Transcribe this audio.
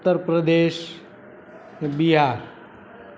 ઉત્તરપ્રદેશ ને બિહાર